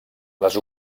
les